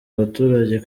abaturage